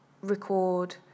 record